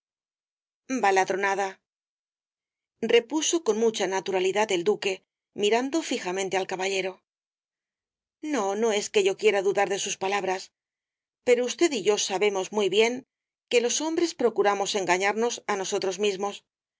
baladronada repuso con mucha naturalidad el duque mirando fijamente al caballero no no es que yo quiera dudar de sus palabras pero usted y yo sabemos muy bien que los hombres procuramos engañarnos á nosotros mismos